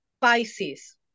Pisces